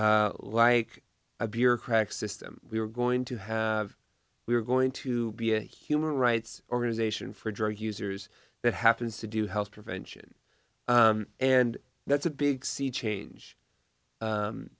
like a bureaucratic system we were going to have we're going to be a human rights organization for drug users that happens to do health prevention and that's a big sea change